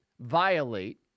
violate